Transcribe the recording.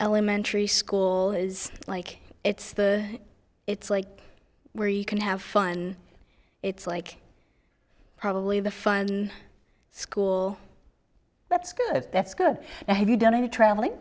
elementary school is like it's the it's like where you can have fun it's like probably the fun school that's good that's good and have you done any traveling